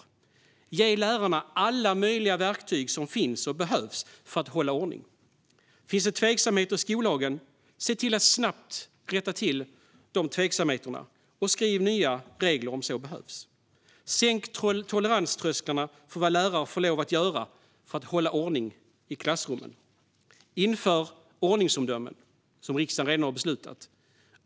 Vi vill ge lärarna alla möjliga verktyg som behövs för att hålla ordning. Finns det tveksamheter i skollagen - se till att snabbt rätta till dessa och skriv nya regler om så behövs! Sänk toleranströsklarna för vad lärare får göra för att hålla ordning i klassrummen! Inför de ordningsomdömen som riksdagen redan har beslutat!